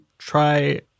try